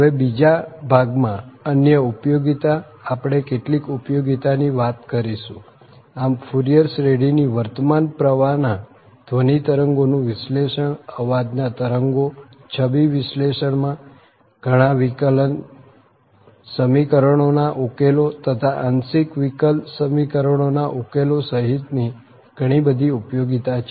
હવે બીજા ભાગ માં અન્ય ઉપયોગીતા આપણે કેટલીક ઉપયોગીતાની વાત કરીશું આમ ફુરિયર શ્રેઢીની વર્તમાન પ્રવાહના ધ્વનિ તરંગોનું વિશ્લેષણ અવાજ ના તરંગો છબી વિશ્લેષણમાં ઘણા વિકલ સમીકરણો ના ઉકેલો તથા આંશિક વિકલ સમીકરણો ના ઉકેલો સહીતની ઘણી બધી ઉપયોગીતા છે